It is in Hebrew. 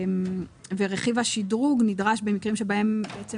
ורכיב השדרוג נדרש במקרים שבהם בעצם